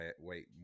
wait